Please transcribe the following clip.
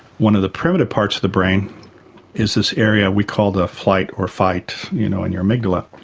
one of the primitive parts of the brain is this area we call the flight or fight you know, in your amygdala,